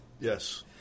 Yes